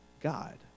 God